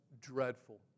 dreadful